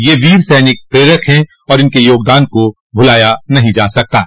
ये वीर सैनिक प्रेरक हैं इनके योगदान को भुलाया नहीं जा सकता है